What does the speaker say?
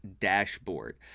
dashboard